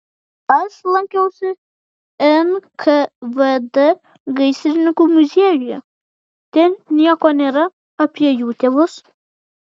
aš lankiausi nkvd gaisrininkų muziejuje ten nieko nėra apie jų tėvus